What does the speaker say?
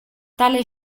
tale